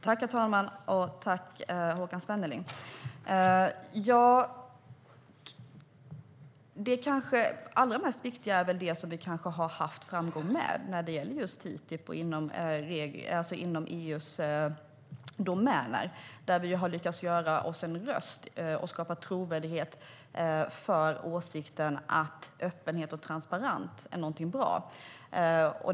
Herr talman! Det kanske allra viktigaste är väl det som vi har haft framgång med när det gäller just TTIP och inom EU:s domäner, där vi har lyckats göra vår röst hörd och skapat trovärdighet för åsikten att öppenhet och transparens är någonting bra.